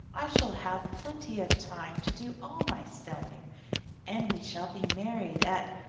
i shall have plenty of time to do all my sewing and we shall be married at,